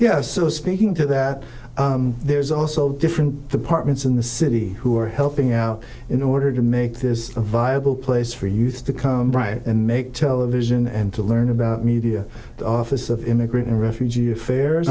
was speaking to that there's also different departments in the city who are helping out in order to make this a viable place for youth to come and make television and to learn about media office of immigrant and refugee affairs